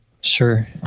Sure